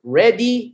ready